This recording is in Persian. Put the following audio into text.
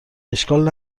اشکال